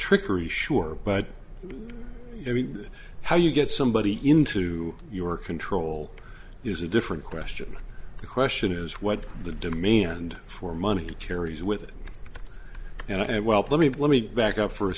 trickery sure but i mean how you get somebody into your control is a different question the question is what the demand for money carries with it and well let me let me back up for a